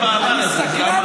למה עזבת?